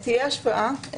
תהיה השפעה.